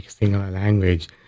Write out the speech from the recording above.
language